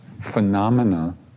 phenomena